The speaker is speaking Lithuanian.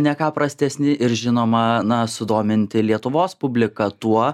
ne ką prastesni ir žinoma na sudominti lietuvos publiką tuo